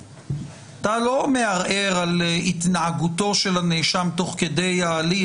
אתה לא מערער על התנהגותו של הנאשם תוך כדי ההליך,